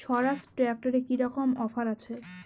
স্বরাজ ট্র্যাক্টরে কি রকম অফার আছে?